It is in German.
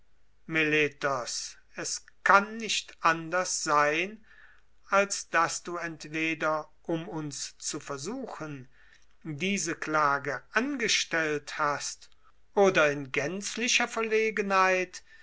meletos es kann nicht anders sein als daß du entweder um uns zu versuchen diese klage angestellt hast oder in gänzlicher verlegenheit